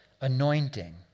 anointing